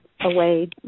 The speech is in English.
away